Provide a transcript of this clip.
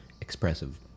expressive